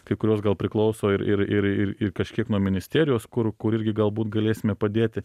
kai kurios gal priklauso ir ir ir ir kažkiek nuo ministerijos kur kur irgi galbūt galėsime padėti